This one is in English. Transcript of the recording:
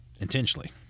intentionally